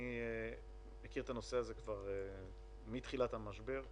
אני מכיר את הנושא הזה מתחילת המשבר.